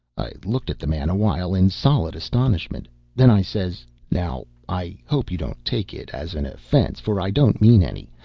i looked at the man awhile in solid astonishment then i says now, i hope you don't take it as an offence, for i don't mean any,